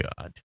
God